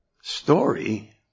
Story